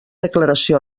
declaració